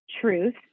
truth